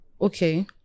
Okay